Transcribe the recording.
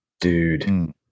dude